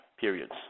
periods